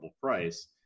price